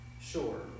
sure